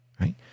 right